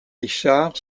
richard